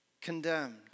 condemned